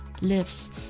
lives